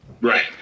Right